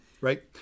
right